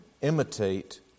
imitate